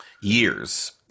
years